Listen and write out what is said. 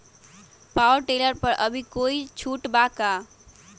Power tiller पर अभी कोई छुट बा का?